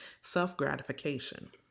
self-gratification